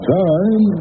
time